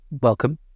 welcome